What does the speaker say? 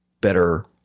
better